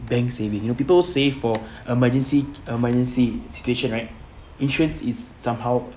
bank saving you know people save for emergency emergency situation right insurance is somehow